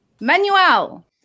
Manuel